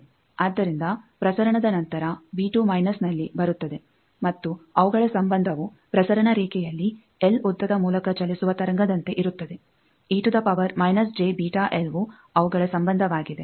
ಆದ್ದರಿಂದ ಪ್ರಸರಣದ ನಂತರ ನಲ್ಲಿ ಬರುತ್ತದೆ ಮತ್ತು ಅವುಗಳ ಸಂಬಂಧವು ಪ್ರಸರಣ ರೇಖೆಯಲ್ಲಿ ಎಲ್ ಉದ್ದದ ಮೂಲಕ ಚಲಿಸುವ ತರಂಗದಂತೆ ಇರುತ್ತದೆ ವು ಅವುಗಳ ಸಂಬಂಧವಾಗಿದೆ